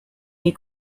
you